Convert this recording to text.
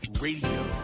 Radio